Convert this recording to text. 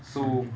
so